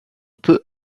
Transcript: peut